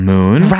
Moon